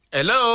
Hello